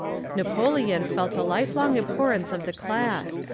na poleon felt a life-long abhorrence of the class,